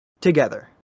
together